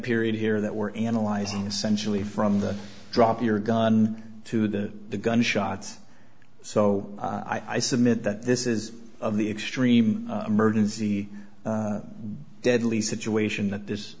period here that we're analyzing essentially from the drop your gun to the the gun shots so i submit that this is the extreme emergency deadly situation that this